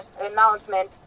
announcement